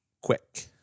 quick